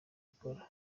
gukora